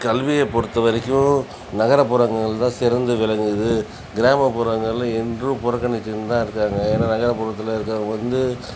கல்வியை பொறுத்த வரைக்கும் நகர்ப்புறங்கள் தான் சிறந்து விளங்குது கிராமப்புறங்களில் இன்றும் புறக்கணித்துன்னு தான் இருக்காங்க ஏன்னா நகர்ப்புறத்துத்துல இருக்கிறவங்க வந்து